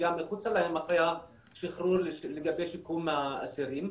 אחרי השחרור לגבי שיקום האסירים.